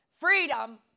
freedom